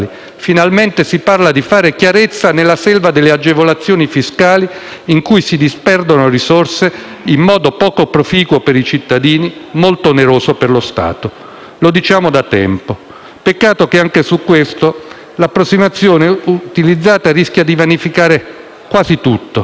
Finalmente si parla di fare chiarezza nella selva delle agevolazioni fiscali in cui si disperdono risorse in modo poco proficuo per i cittadini e molto oneroso per lo Stato. Lo diciamo da tempo. Peccato che anche su questo l'approssimazione utilizzata rischia di vanificare quasi tutto.